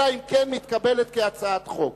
אלא אם כן מתקבלת כהצעת חוק,